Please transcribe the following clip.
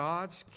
God's